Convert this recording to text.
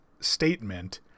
statement